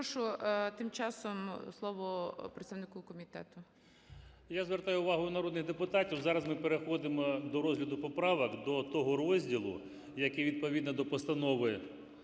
Я звертаю увагу народних депутатів, зараз ми переходимо до розгляду поправок до того розділу, який відповідно до Постанови